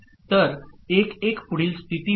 तर 1 1 पुढील स्थिती होते